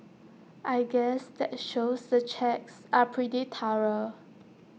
I guess that shows the checks are pretty thorough